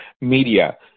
media